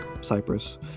Cyprus